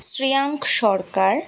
Shreyank Sarkar